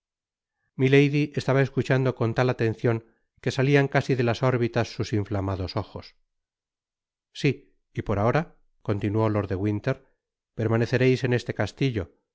estaba escuchando con tal atencion que salian casi de las órbitas sus inftamados ojos rsi y pt r ahora continuó lord de winter permanecereis en este castillo